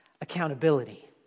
accountability